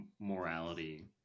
morality